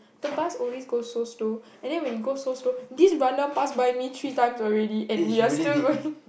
the bus always goes so slow and then when it goes so slow this runner past by me three times already and we are still going